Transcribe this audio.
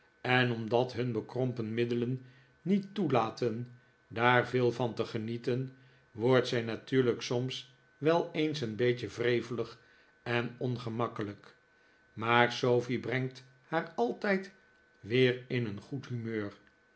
en omdat hun bekrompen middelen niet toelaten daar veel van te genieten wordt zij natuurlijk soms wel eens een beetje wrevelig en ongemakkelijk maar sofie brengt haar altijd weer in een goed humeur